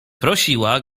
prosiła